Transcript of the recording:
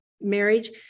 marriage